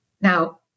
now